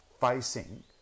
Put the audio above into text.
facing